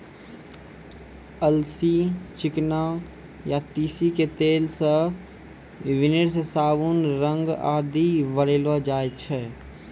अलसी, चिकना या तीसी के तेल सॅ वार्निस, साबुन, रंग आदि बनैलो जाय छै